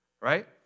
right